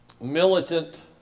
militant